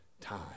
time